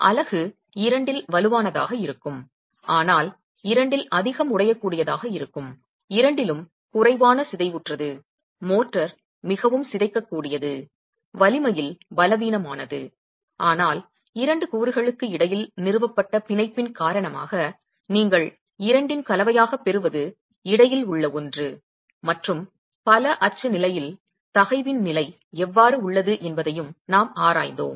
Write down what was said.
அலகு இரண்டில் வலுவானதாக இருக்கும் ஆனால் இரண்டில் அதிகம் உடையக்கூடியதாக இருக்கும் இரண்டிலும் குறைவான சிதைவுற்றது மோட்டார் மிகவும் சிதைக்கக்கூடியது வலிமையில் பலவீனமானது ஆனால் இரண்டு கூறுகளுக்கு இடையில் நிறுவப்பட்ட பிணைப்பின் காரணமாக நீங்கள் இரண்டின் கலவையாகப் பெறுவது இடையில் உள்ள ஒன்று மற்றும் பலஅச்சு நிலையில் தகைவின் நிலை எவ்வாறு உள்ளது என்பதையும் நாம் ஆராய்ந்தோம்